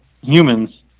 humans